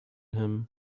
him